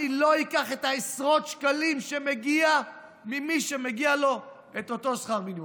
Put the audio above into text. אני לא אקח את עשרות השקלים שמגיע ממי שמגיע לו את אותו שכר מינימום.